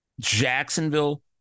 Jacksonville